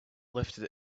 lifted